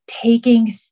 taking